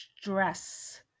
stress